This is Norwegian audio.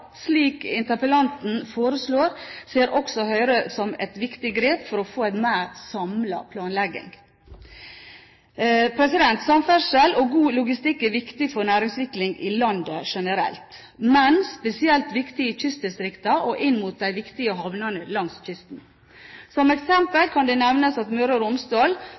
slik interpellanten foreslår, ser også Høyre som et viktig grep for å få en mer samlet planlegging. Samferdsel og god logistikk er viktig for næringsutvikling i landet generelt. Men det er spesielt viktig i kystdistriktene og inn mot de viktige havnene langs kysten. Som eksempel kan det nevnes at Møre og Romsdal,